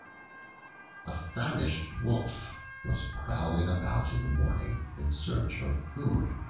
a famished wolf was prowling about in the morning in search of food.